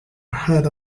heard